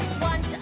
Want